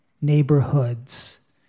neighborhoods